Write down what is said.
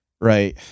right